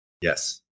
Yes